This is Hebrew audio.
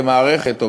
כמערכת,